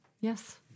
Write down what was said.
yes